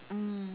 mm